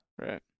Right